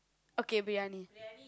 okay briyani